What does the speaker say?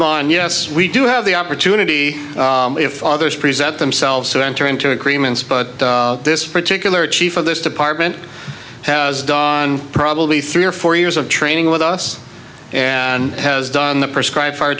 guzman yes we do have the opportunity if others present themselves to enter into agreements but this particular chief of this department has done probably three or four years of training with us and has done the prescribe f